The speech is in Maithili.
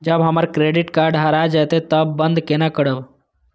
जब हमर क्रेडिट कार्ड हरा जयते तब बंद केना करब?